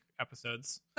episodes